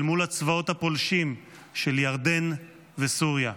אל מול הצבאות הפולשים של ירדן וסוריה.